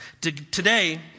Today